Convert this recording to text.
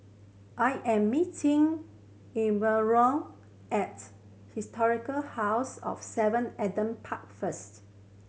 I am meeting Elenora at Historic House of Seven Adam Park first